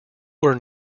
were